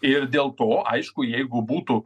ir dėl to aišku jeigu būtų